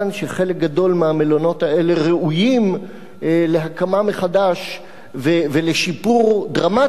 את העניין שחלק גדול מהמלונות האלה ראויים להקמה מחדש ולשיפור דרמטי.